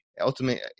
Ultimately